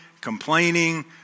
complaining